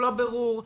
לא בירור.